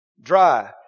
Dry